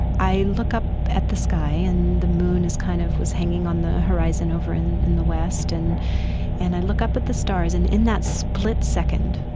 i look up at the sky and the moon kind of was hanging on the horizon over in in the west and and i look up at the stars. and in that split second,